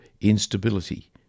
instability